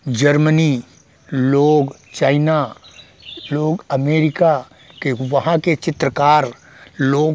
Germany लोग China लोग America के वहाँ के चित्रकार लोग